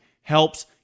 helps